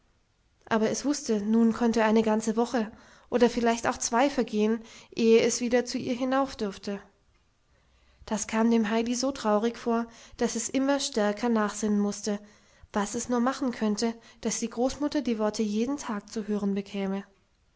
aber es wußte nun konnte eine ganze woche oder vielleicht auch zwei vergehen ehe es wieder zu ihr hinauf durfte das kam dem heidi so traurig vor daß es immer stärker nachsinnen mußte was es nur machen könnte daß die großmutter die worte jeden tag zu hören bekäme